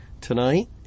tonight